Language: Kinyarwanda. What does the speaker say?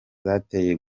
zateye